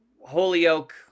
Holyoke